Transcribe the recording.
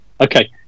okay